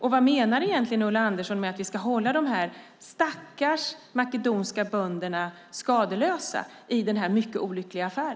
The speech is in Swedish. Och vad menar egentligen Ulla Andersson med att vi ska hålla de stackars makedonska bönderna skadeslösa i denna mycket olyckliga affär?